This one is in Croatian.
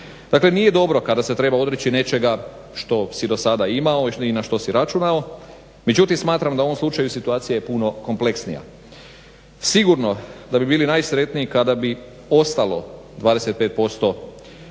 Dakle nije dobro kada se treba odreći nečega što si do sada imao i na što si računao. Međutim smatram da je u ovom slučaju situacija puno kompleksnija. Sigurno da bi bili najsretniji kada bi ostalo 25% prihoda